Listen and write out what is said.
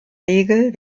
regel